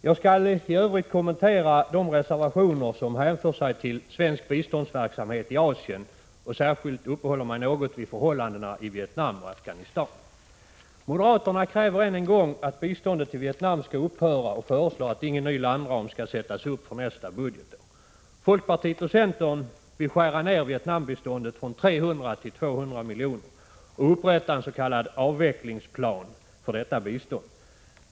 Jag skall i övrigt kommentera de reservationer som hänför sig till svensk biståndsverksamhet i Asien och särskilt uppehålla mig vid förhållandena i Vietnam och Afghanistan. Moderaterna kräver än en gång att biståndet till Vietnam skall upphöra och föreslår att ingen ny landram skall sättas upp för nästa budgetår. Folkpartiet och centern vill skära ner Vietnambiståndet från 300 till 200 milj.kr. och upprätta en s.k. avvecklingsplan för detta bistånd.